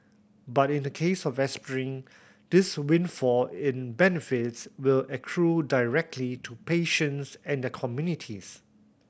but in the case of aspirin this windfall in benefits will accrue directly to patients and their communities